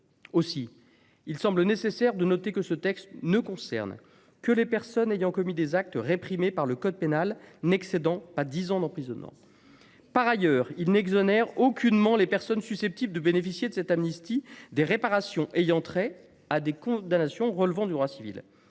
Aussi, il semble nécessaire de noter que ce texte ne concerne que les personnes ayant commis des actes réprimés par le code pénal et pour lesquels la peine encourue n’excède pas dix ans d’emprisonnement. C’est énorme ! Par ailleurs, il n’exonère aucunement les personnes susceptibles de bénéficier de cette amnistie des réparations ayant trait à des condamnations relevant du droit civil.